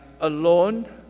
alone